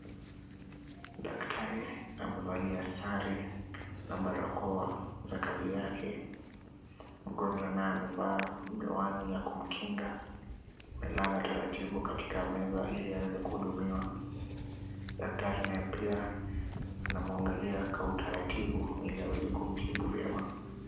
Daktari amevalia sare na barakoa za kazi yake. Mgonjwa naye amevaa miwani ya kumkinga, amelala taratibu katika meza, ili aweze kuhudumiwa. Daktari naye pia anamwangalia kwa utaratibu, ili aweze kumtibu vyema.